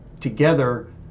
together